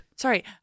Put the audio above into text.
Sorry